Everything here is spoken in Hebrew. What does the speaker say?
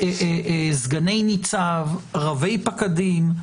סגני ניצב, רבי פקדים,